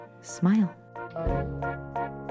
smile